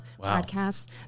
podcasts